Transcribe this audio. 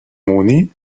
moni